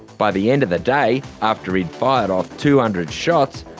by the end of the day, after he'd fired off two hundred shots,